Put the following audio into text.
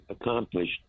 accomplished